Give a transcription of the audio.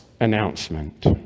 announcement